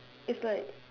it's like